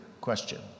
question